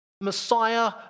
Messiah